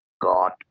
God